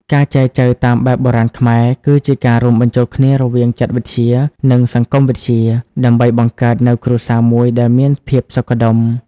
ការចែចូវតាមបែបបុរាណខ្មែរ គឺជាការរួមបញ្ចូលគ្នារវាង "ចិត្តវិទ្យា" និង "សង្គមវិទ្យា" ដើម្បីបង្កើតនូវគ្រួសារមួយដែលមានភាពសុខដុម។